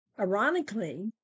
Ironically